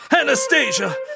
Anastasia